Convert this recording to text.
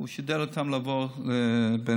הוא שידל אותו לעבור לבילינסון.